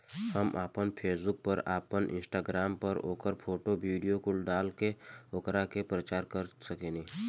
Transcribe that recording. हम आपना फेसबुक पर, आपन इंस्टाग्राम पर ओकर फोटो, वीडीओ कुल डाल के ओकरा के प्रचार कर सकेनी